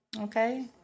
Okay